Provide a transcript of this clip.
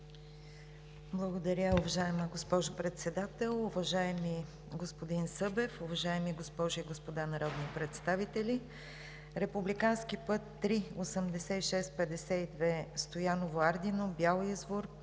Благодаря, уважаема госпожо Председател. Уважаеми господин Събев, уважаеми госпожи и господа народни представители! Републикански път III-8652 Стояново – Ардино – Бял извор